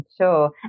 Sure